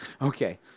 Okay